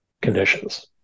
conditions